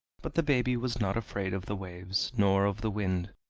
but the baby was not afraid of the waves nor of the wind,